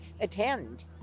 attend